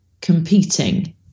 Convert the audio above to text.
competing